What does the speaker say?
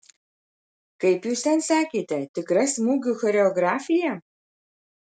kaip jūs ten sakėte tikra smūgių choreografija